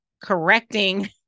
correcting